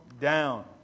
down